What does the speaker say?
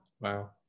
wow